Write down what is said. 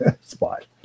spot